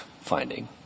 finding